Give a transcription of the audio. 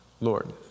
Lord